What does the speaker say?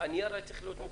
הנייר היה צריך להיות מוכן.